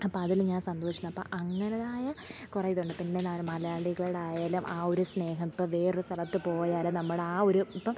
അപ്പം അതിൽ ഞാൻ സന്തോഷിക്കുന്നു അപ്പം അങ്ങനെതായ കുറേ ഇതുണ്ട് പിന്നെ എന്താണ് മലയാളികളായാലും ആ ഒരു സ്നേഹം ഇപ്പം വേറൊരു സ്ഥലത്ത് പോയാലും നമ്മുടെ ആ ഒരു ഇപ്പം